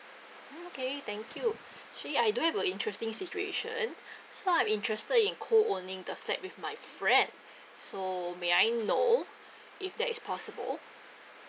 mm okay thank you actually I do have a interesting situation so I'm interested in co owning the flat with my friend so may I know if that is possible